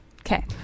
Okay